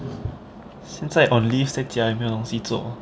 现在 on leave 在家也没有东西做